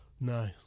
No